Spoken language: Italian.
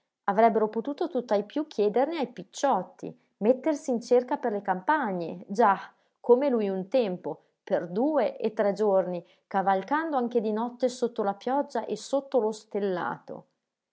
avrebbero potuto tutt'al più chiederne ai picciotti mettersi in cerca per le campagne già come lui un tempo per due e tre giorni cavalcando anche di notte sotto la pioggia e sotto lo stellato